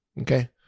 Okay